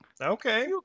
Okay